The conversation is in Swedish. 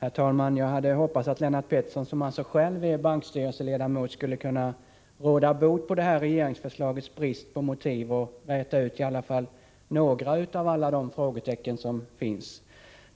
Herr talman! Jag hade hoppats att Lennart Pettersson, som själv är bankstyrelseledamot, skulle kunna råda bot på regeringsförslagets avsaknad av motiv. Jag trodde att i varje fall några av alla de frågetecken som finns skulle kunna rätas ut.